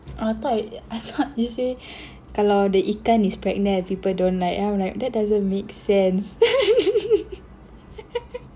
I thought I thought you said kalau the ikan is pregnant and people don't like and I'm like that doesn't make sense